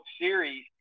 Series